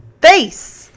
face